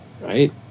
right